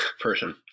person